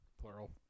plural